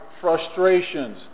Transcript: frustrations